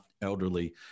elderly